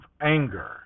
anger